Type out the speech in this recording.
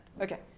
Okay